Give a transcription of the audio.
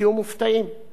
הצעת החוק נפלה.